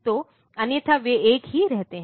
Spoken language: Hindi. तो अन्यथा वे एक ही रहते हैं